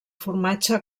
formatge